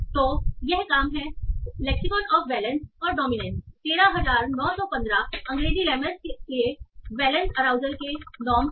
तो यह काम है तो लेक्सीकौन ऑफ वैलेंस और डोमिनेंस 13915 अंग्रेजी लेमेस के लिए वैलेंस अराउजल के नॉर्मस हैं